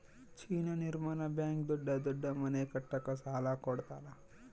China ನಿರ್ಮಾಣ bank ದೊಡ್ಡ ದೊಡ್ಡ ಮನೆ ಕಟ್ಟಕ ಸಾಲ ಕೋಡತರಾ